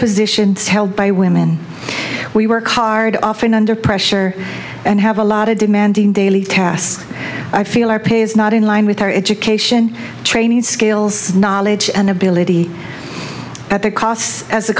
positions held by women we work hard often under pressure and have a lot of demanding daily tasks i feel our pay is not in line with our education training skills knowledge and ability at the costs as the